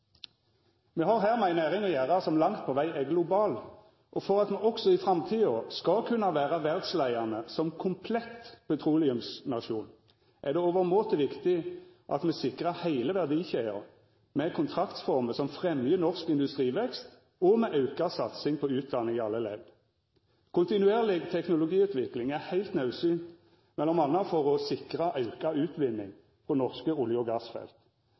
Me har her med ei næring å gjera som langt på veg er global. For at me også i framtida skal kunna vera verdsleiande som komplett petroleumsnasjon, er det overmåte viktig at me sikrar heile verdikjeda, med kontraktformer som fremjar norsk industrivekst, og med auka satsing på utdanning i alle ledd. Kontinuerleg teknologiutvikling er heilt naudsynt, m.a. for å sikra auka utvinning frå norske olje- og gassfelt.